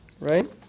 Right